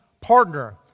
partner